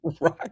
Right